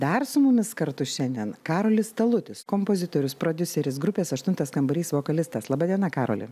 dar su mumis kartu šiandien karolis talutis kompozitorius prodiuseris grupės aštuntas kambarys vokalistas laba diena karoli